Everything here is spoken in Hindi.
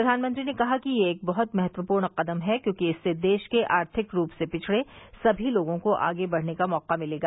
प्रधानमंत्री ने कहा कि यह एक बह्त महत्वपूर्ण कदम है क्योंकि इससे देश के आर्थिक रूप से पिछड़े सभी लोगों को आगे बढ़ने का मौका मिलेगा